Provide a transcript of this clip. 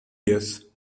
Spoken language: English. years